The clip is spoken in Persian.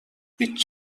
هیچ